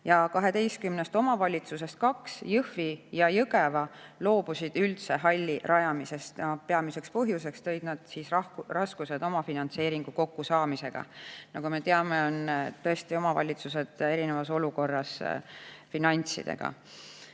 ja 12 omavalitsusest kaks, Jõhvi ja Jõgeva, loobusid üldse halli rajamisest. Peamiseks põhjuseks tõid nad raskused omafinantseeringu kokkusaamisega. Nagu me teame, on tõesti omavalitsuste finantsolukord erinev.